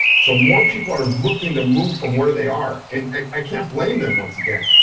so more people are looking to move from where they are and i can't blame them once again,